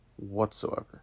whatsoever